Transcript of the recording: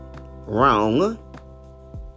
wrong